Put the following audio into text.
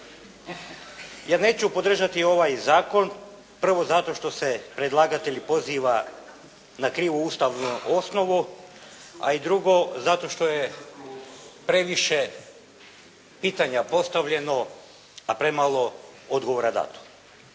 Ja neću podržati ovaj zakon, prvo zato što se predlagatelj poziva na krivu Ustavnu osnovu, a i drugo zato što je previše pitanja postavljeno, a premalo odgovora dato.